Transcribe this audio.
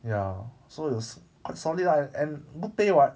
ya so it was quite solid ah and and good pay [what]